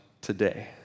today